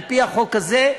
על-פי החוק הזה,